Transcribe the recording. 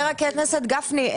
הכנסת גפני,